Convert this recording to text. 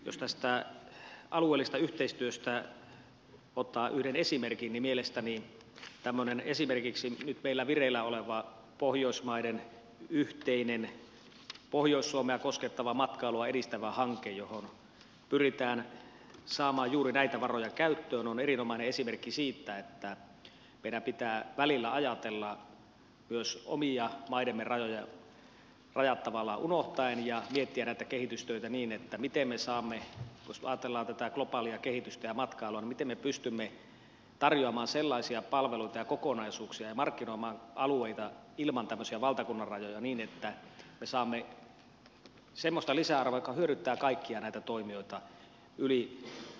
jos tästä alueellisesta yhteistyöstä ottaa yhden esimerkin niin mielestäni tämmöinen esimerkiksi nyt meillä vireillä oleva pohjoismaiden yhteinen pohjois suomea koskettava matkailua edistävä hanke johon pyritään saamaan juuri näitä varoja käyttöön on erinomainen esimerkki siitä että meidän pitää välillä ajatella myös omien maidemme rajat tavallaan unohtaen ja miettiä näitä kehitystöitä niin että jos ajatellaan tätä globaalia kehitystä ja matkailua miten me pystymme tarjoamaan sellaisia palveluita ja kokonaisuuksia ja markkinoimaan alueita ilman tämmöisiä valtakunnanrajoja niin että me saamme semmoista lisäarvoa joka hyödyttää kaikkia näitä toimijoita yli valtakunnanrajojen